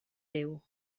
déu